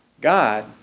God